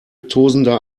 tosender